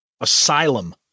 asylum